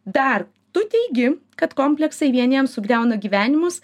dar tu teigi kad kompleksai vieniems sugriauna gyvenimus